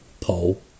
pole